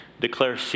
declare